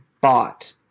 bought